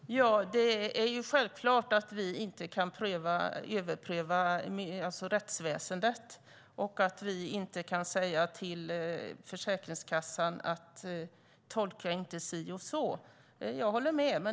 Herr talman! Det är självklart att vi inte kan överpröva rättsväsendet och att vi inte kan säga till Försäkringskassan: Tolka inte si utan så. Jag håller med om det.